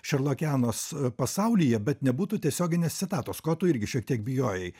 šerlokeanos pasaulyje bet nebūtų tiesioginės citatos ko tu irgi šiek tiek bijojai